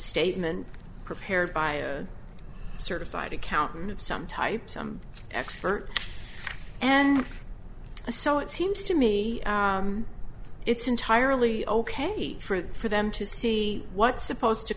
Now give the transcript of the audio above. statement prepared by a certified accountant of some type some expert and so it seems to me it's entirely ok for for them to see what's supposed to